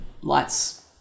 lights